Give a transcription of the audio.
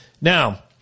Now